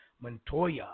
Montoya